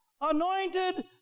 Anointed